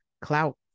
clout